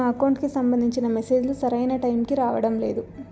నా అకౌంట్ కి సంబంధించిన మెసేజ్ లు సరైన టైముకి రావడం లేదు